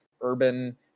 urban